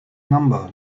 number